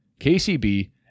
KCB